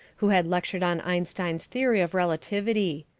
who had lectured on einstein's theory of relativity.